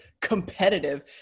competitive